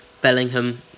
Bellingham